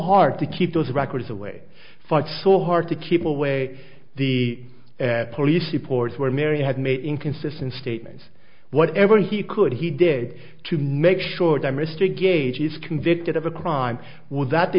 hard to keep those records away fought so hard to keep away the police reports where mary had made inconsistent statements whatever he could he did to make sure that mr gage is convicted of a crime would that the